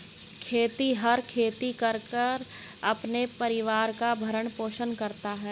खेतिहर खेती करके अपने परिवार का भरण पोषण करता है